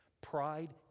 Pride